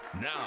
Now